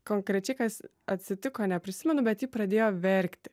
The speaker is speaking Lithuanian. konkrečiai kas atsitiko neprisimenu bet ji pradėjo verkti